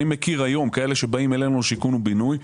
אני מכיר היום כאלה שבאים אלינו שיכון ובינוי,